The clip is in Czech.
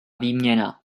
výměna